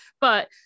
But-